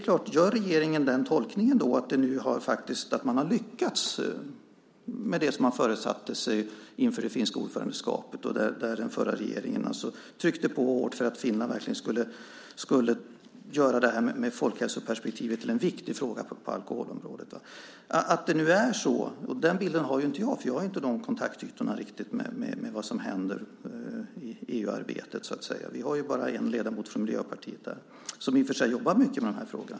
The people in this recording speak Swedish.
Gör då regeringen den tolkningen att man har lyckats med det som man föresatte sig inför det finska ordförandeskapet, där den förra regeringen tryckte på hårt för att Finland verkligen skulle göra folkhälsoperspektivet till en viktig fråga på alkoholområdet? Är det så? Den bilden har inte jag, för jag har inte riktigt de kontaktytorna när det gäller vad som händer i EU-arbetet. Vi har ju bara en ledamot från Miljöpartiet där som i och för sig jobbar mycket med de här frågorna.